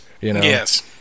Yes